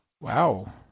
wow